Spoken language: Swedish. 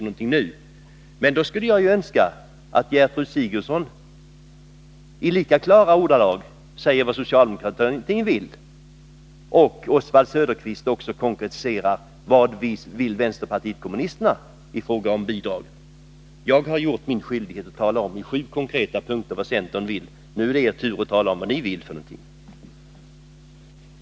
Miternationellt Jag skulle emellertid önska att Gertrud Sigurdsen i lika klara ordalag talar utvecklingssamarom vad socialdemokratin vill och att Oswald Söderqvist konkretiserar vad Beleini m vänsterpartiet kommunisterna vill i fråga om bidrag. Jag har fullgjort min skyldighet och i sju konkreta punkter talat om vad centern vill. Nu är det er tur att tala om vad ni vill.